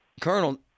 Colonel